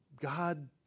God